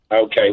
Okay